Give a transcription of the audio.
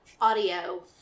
audio